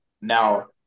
now